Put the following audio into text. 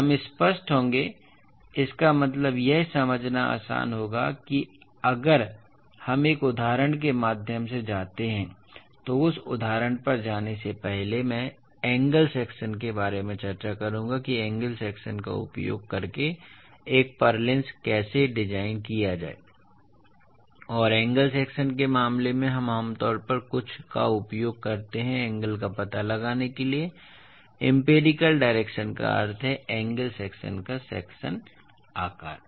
और हम स्पष्ट होंगे इसका मतलब यह समझना आसान होगा कि अगर हम एक उदाहरण के माध्यम से जाते हैं तो उस उदाहरण पर जाने से पहले मैं एंगल सेक्शन के बारे में चर्चा करूंगा कि एंगल सेक्शन का उपयोग करके एक पुर्लिन्स कैसे डिजाइन किया जाए और एंगल सेक्शन के मामले में हम आम तौर पर कुछ का उपयोग करते हैं एंगल्स का पता लगाने के लिए एम्पिरिकल डायरेक्शनस का अर्थ है एंगल सेक्शन का सेक्शन आकार